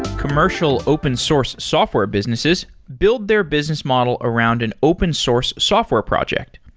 commercial open source software businesses build their business model around an open source software project.